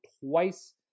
twice